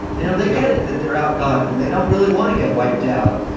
you know they got it, that they're outgunned and they don't really want to get wiped out.